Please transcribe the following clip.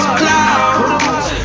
clouds